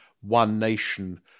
one-nation